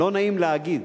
לא נעים להגיד,